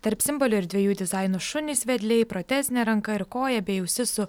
tarp simbolių ir dviejų dizainų šunys vedliai protezinė ranka ir koja bei ausis su